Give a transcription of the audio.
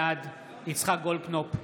בעד יצחק גולדקנופ,